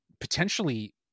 potentially